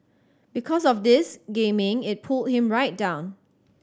because of this gaming it pulled him right down